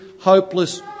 hopeless